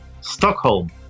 Stockholm